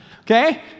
Okay